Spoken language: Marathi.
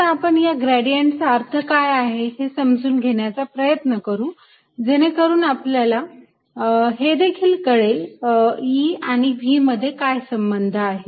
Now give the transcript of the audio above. आता आपण या ग्रेडियंटचा अर्थ काय आहे हे समजून घेण्याचा प्रयत्न करू जेणेकरून आपल्याला हेदेखील कळेल E आणि V मध्ये काय संबंध आहे